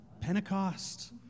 Pentecost